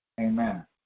Amen